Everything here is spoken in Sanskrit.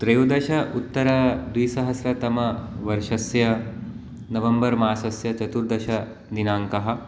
त्रयोदश उत्तर द्विसहस्रतमवर्षस्य नवम्बर् मासस्य चतुर्दशदिनाङ्कः